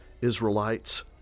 Israelites